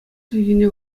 чӗлхине